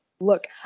Look